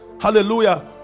hallelujah